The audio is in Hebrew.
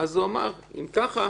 ואז ה' אמר, אם ככה